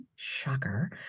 shocker